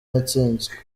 natsinzwe